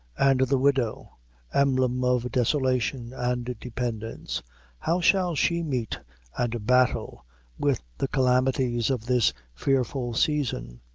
and the widow emblem of desolation and dependence how shall she meet and battle with the calamities of this fearful season?